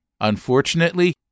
Unfortunately